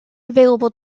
available